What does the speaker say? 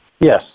Yes